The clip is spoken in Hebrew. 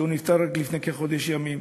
שנפטר רק לפני כחודש ימים.